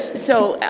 so,